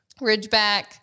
Ridgeback